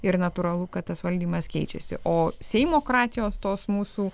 ir natūralu kad tas valdymas keičiasi o seimokratijos tos mūsų